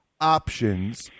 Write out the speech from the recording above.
options